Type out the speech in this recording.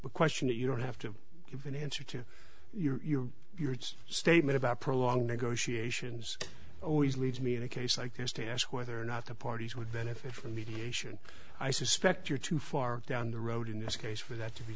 a question that you don't have to give an answer to your statement about prolonged negotiations always leads me to a case like yours to ask whether or not the parties would benefit from mediation i suspect you're too far down the road in this case for that to be